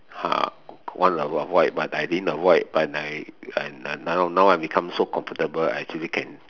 uh wanna avoid but I didn't avoid but I I now I become so comfortable actually can